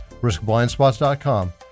riskblindspots.com